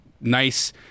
nice